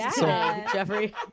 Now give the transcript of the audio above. Jeffrey